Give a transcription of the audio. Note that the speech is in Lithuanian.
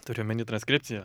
turi omeny transkripciją